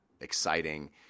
exciting